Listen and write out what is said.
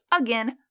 again